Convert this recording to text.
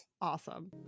Awesome